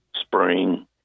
spring